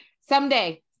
someday